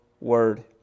word